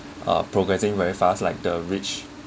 uh progressing very fast like the rich